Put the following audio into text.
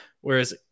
Whereas